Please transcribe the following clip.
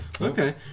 Okay